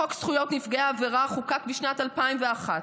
חוק זכויות נפגעי עבירה חוקק בשנת 2001,